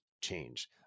change